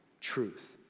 truth